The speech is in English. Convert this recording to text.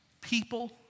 people